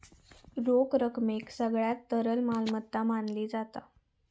रोख रकमेक सगळ्यात तरल मालमत्ता मानली जाता